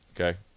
Okay